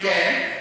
כן.